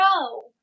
row